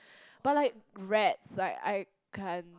but like rats right I can't